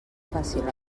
fàcil